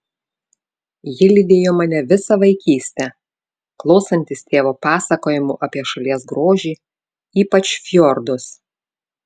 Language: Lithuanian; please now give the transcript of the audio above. ji lydėjo mane visą vaikystę klausantis tėvo pasakojimų apie šalies grožį ypač fjordus